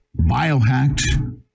Biohacked